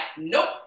nope